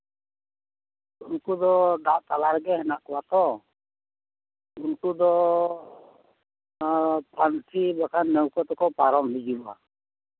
ᱩᱱᱠᱩ ᱫᱚ ᱫᱟᱜ ᱛᱟᱞᱟᱨᱮᱜᱮ ᱢᱮᱱᱟᱜ ᱠᱚᱣᱟ ᱛᱚ ᱩᱱᱠᱩ ᱫᱚ ᱯᱷᱟᱱᱥᱤ ᱵᱟᱠᱷᱟᱱ ᱱᱟᱹᱣᱠᱟᱹ ᱛᱮᱠᱚ ᱯᱟᱨᱚᱢ ᱦᱤᱡᱩᱜᱼᱟ